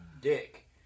dick